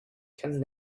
can